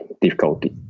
difficulty